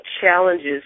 challenges